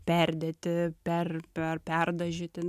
perdėti per per perdažyti